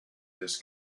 this